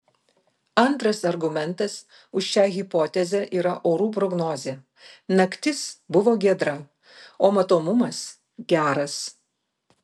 antras argumentas už šią hipotezę yra orų prognozė naktis buvo giedra o matomumas geras